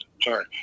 sorry